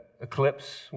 eclipse